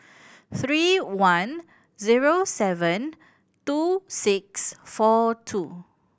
three one zero seven two six four two